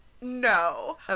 No